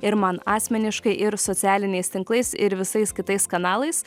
ir man asmeniškai ir socialiniais tinklais ir visais kitais kanalais